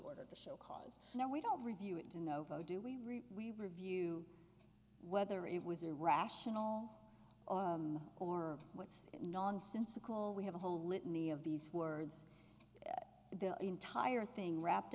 order of the cause now we don't review it to know do we we review whether it was a rational or what's nonsensical we have a whole litany of these words the entire thing wrapped